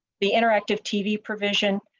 the interactive tv provision.